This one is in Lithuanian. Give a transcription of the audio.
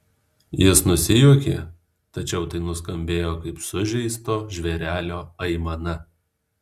jis nusijuokė tačiau tai nuskambėjo kaip sužeisto žvėrelio aimana